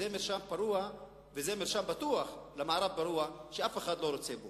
זה מרשם פרוע ובטוח למערב פרוע שאף אחד לא רוצה בו.